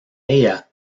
ella